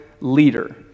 leader